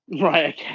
Right